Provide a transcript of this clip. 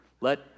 Let